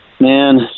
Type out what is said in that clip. man